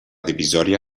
divisòria